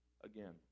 again